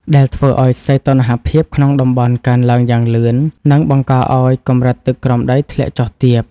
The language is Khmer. ដែលធ្វើឱ្យសីតុណ្ហភាពក្នុងតំបន់កើនឡើងយ៉ាងលឿន និងបង្កឱ្យកម្រិតទឹកក្រោមដីធ្លាក់ចុះទាប។